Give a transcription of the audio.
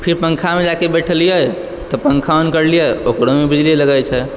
फिर पंखामे जाकऽ बइठलियै तऽ पंखा ऑन करलियै तऽ ओकरोमे बिजली लगै छै